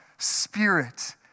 spirit